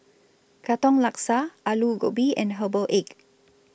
Katong Laksa Aloo Gobi and Herbal Egg